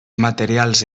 materials